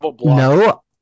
No